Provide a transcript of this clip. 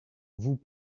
vous